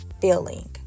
feeling